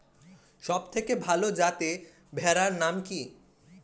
সবথেকে ভালো যাতে ভেড়ার নাম কি?